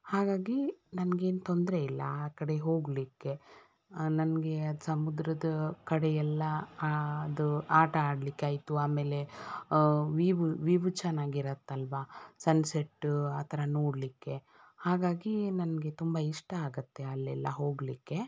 ಹಾಗಾಗಿ ನನ್ಗೇನು ತೊಂದರೆ ಇಲ್ಲ ಆಕಡೆ ಹೋಗಲಿಕ್ಕೆ ನನಗೆ ಸಮುದ್ರದ ಕಡೆ ಎಲ್ಲ ಅದು ಆಟ ಆಡಲಿಕ್ಕಾಯ್ತು ಆಮೇಲೆ ವೀವ್ ವೀವು ಚೆನ್ನಾಗಿರತ್ತಲ್ಲವಾ ಸನ್ಸೆಟ್ ಆ ಥರ ನೋಡಲಿಕ್ಕೆ ಹಾಗಾಗಿ ನನಗೆ ತುಂಬ ಇಷ್ಟ ಆಗುತ್ತೆ ಅಲ್ಲೆಲ್ಲ ಹೋಗಲಿಕ್ಕೆ